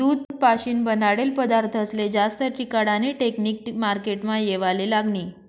दूध पाशीन बनाडेल पदारथस्ले जास्त टिकाडानी टेकनिक मार्केटमा येवाले लागनी